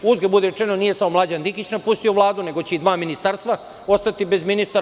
Uzgred budi rečeno, nije samo Mlađan Dinkić napustio Vladu, nego će i dva ministarstva ostati bez ministara.